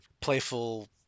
playful